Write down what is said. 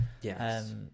Yes